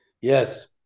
Yes